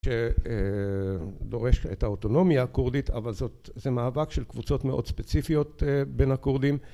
שדורש את האוטונומיה הכורדית אבל זאת זה מאבק של קבוצות מאוד ספציפיות בין הכורדים